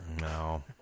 No